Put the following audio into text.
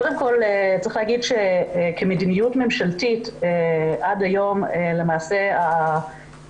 קודם כל, כמדיניות ממשלתית עד היום ככלל